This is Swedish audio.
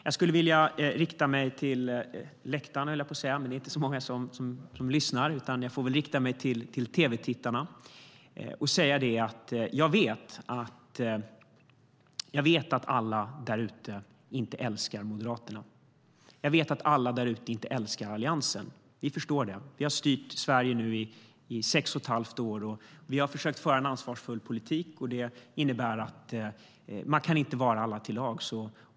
Jag skulle vilja rikta mig till läktaren, men det är inte så många som sitter där. Jag får i stället rikta mig till tv-tittarna och säga följande: Jag vet att alla där ute inte älskar Moderaterna. Jag vet att alla där ute inte älskar Alliansen. Vi förstår det. Vi har styrt Sverige i sex och ett halvt år, och vi har försökt föra en ansvarsfull politik. Det innebär att man inte kan vara alla till lags.